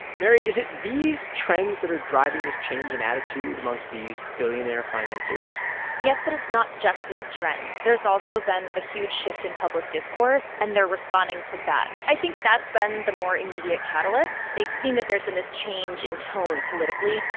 mary, is it these trends that are driving this change in attitude amongst these billionaire financiers? yes, but it's not just these trends. there's also been a huge shift in public discourse, and they're responding to that. i think that's been the more immediate catalyst. they've seen that there's been this change in tone politically.